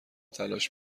تلاش